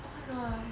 oh my god